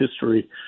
history